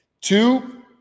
Two